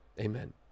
Amen